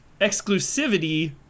exclusivity